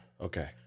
okay